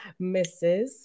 Mrs